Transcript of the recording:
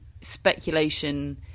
speculation